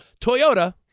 Toyota